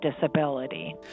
disability